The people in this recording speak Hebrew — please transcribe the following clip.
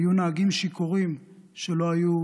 היו נהגים שיכורים שלא היו